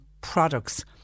products